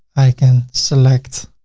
i can select